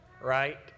right